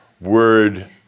word